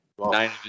Nine